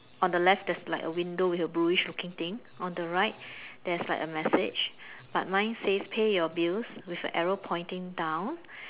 on the left there's like a window with a bluish looking thing on the right there's like a message but mine says pay your bills with an arrow pointing down